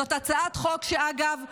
זאת הצעת חוק, אגב,